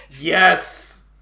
Yes